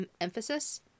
emphasis